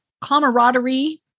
camaraderie